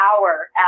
hour